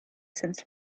since